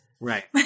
Right